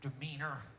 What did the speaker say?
demeanor